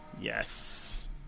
Yes